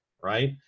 right